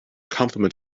compliment